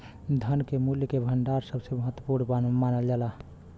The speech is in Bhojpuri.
धन के मूल्य के भंडार सबसे महत्वपूर्ण मानल जाला